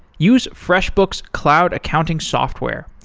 use freshbooks cloud accounting software.